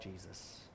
Jesus